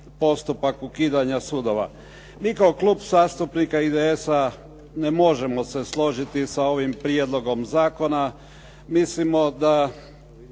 postupak ukidanja sudova. Mi kao Klub zastupnika IDS-a ne možemo se složiti sa ovim prijedlogom zakona. Mislimo da